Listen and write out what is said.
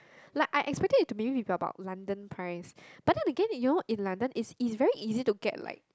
like I expect it to maybe be about London price but then again you know in London is is very easy to get like